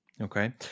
Okay